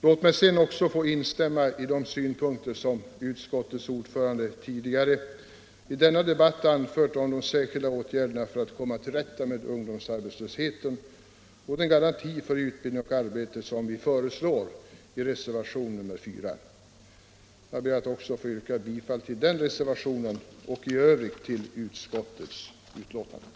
Låt mig också instämma i de synpunkter som utskottets ordförande tidigare i denna debatt anfört om särskilda åtgärder för att komma till rätta med ungdomsarbetslösheten och den garanti för utbildning eller arbete som vi föreslår i reservationen 4. Jag ber att få yrka bifall också till denna reservation och i övrigt till utskottets hemställan.